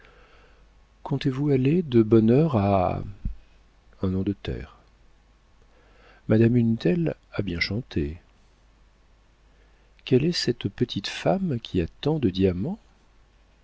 comptez-vous aller de bonne heure à un nom de terre madame une telle a bien chanté quelle est cette petite femme qui a tant de diamants